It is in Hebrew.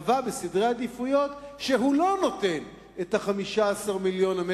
קבע בסדר עדיפויות שלו שהוא לא נותן את 15 מיליון השקלים,